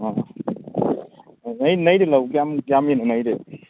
ꯑꯥ ꯅꯣꯏꯒꯤꯗꯤ ꯂꯧ ꯀꯌꯥꯝ ꯌꯥꯝꯃꯤꯅꯣ ꯅꯣꯏꯒꯤꯗꯤ